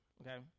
okay